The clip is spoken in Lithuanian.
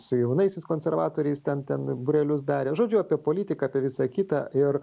su jaunaisiais konservatoriais ten ten būrelius darė žodžiu apie politiką apie visą kitą ir